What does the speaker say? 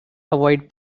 avoid